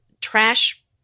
trash